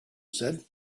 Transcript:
said